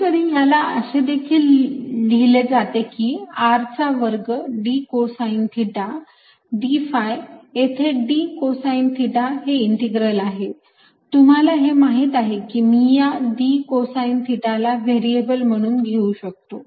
कधी कधी याला असे देखील लिहिले जाते की r चा वर्ग d cosine theta d phi येथे d कोसाईन थिटा हे इंटीग्रल आहे तुम्हाला हे माहिती आहे की मी या d कोसाईन थिटाला व्हेरिएबल म्हणून घेऊ शकतो